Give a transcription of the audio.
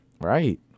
Right